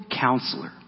Counselor